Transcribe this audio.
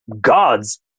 gods